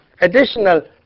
additional